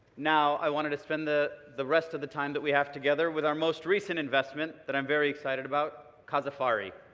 now i wanted to spend the the rest of the time that we have together with our most recent investment that i'm very excited about kossoff ah re